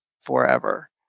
forever